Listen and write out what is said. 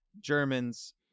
Germans